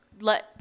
let